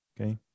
Okay